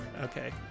okay